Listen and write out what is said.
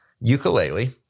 ukulele